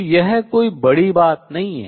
तो यह कोई बड़ी बात नहीं है